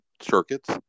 circuits